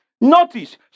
Notice